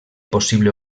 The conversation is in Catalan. possible